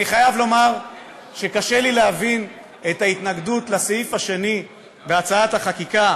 אני חייב לומר שקשה לי להבין את ההתנגדות לסעיף השני בהצעת החקיקה,